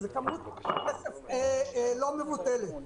זו כמות לא מבוטלת.